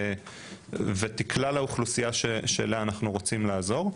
ותקלע לאוכלוסייה שלה אנחנו רוצים לעזור.